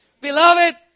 Beloved